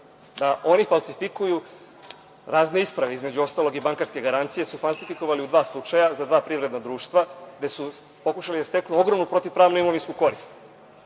da oni falsifikuju razne isprave, između ostalog i bankarske garancije su falsifikovali u dva slučaja, za dva privredna društva, gde su pokušali da steknu ogromnu protivpravnu imovinsku korist.